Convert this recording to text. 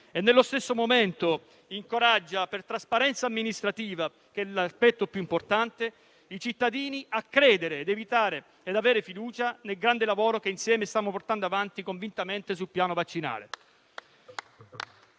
e nello stesso momento per incoraggiare, per trasparenza amministrativa - è l'aspetto più importante - i cittadini a credere e avere fiducia nel grande lavoro che insieme stiamo portando avanti, convintamente, sul piano vaccinale.